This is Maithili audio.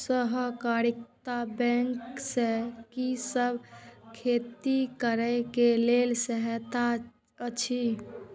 सहकारिता बैंक से कि सब खेती करे के लेल सहायता अछि?